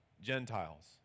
Gentiles